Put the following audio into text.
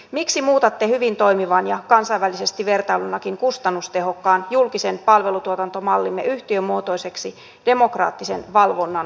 miksi muutatte hyvin toimivan ja kansainvälisestikin vertailtuna kustannustehokkaan julkisen palvelun tuotantomallimme yhtiömuotoiseksi demokraattisen valvonnan ulottumattomiin